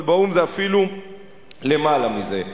אבל באו"ם זה אפילו למעלה מזה.